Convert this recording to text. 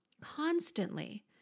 Constantly